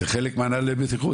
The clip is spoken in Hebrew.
זה חלק מהנוהלי בטיחות,